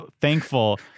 thankful